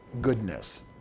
goodness